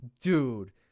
Dude